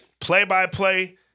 play-by-play